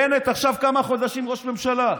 בנט עכשיו כמה חודשים ראש ממשלה.